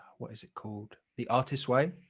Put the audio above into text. what is it called the artists way.